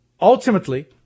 ultimately